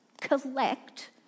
collect